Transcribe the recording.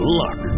luck